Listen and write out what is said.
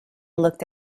looked